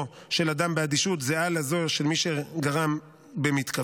של אדם באדישות זהה לזו של מי שגרם במתכוון,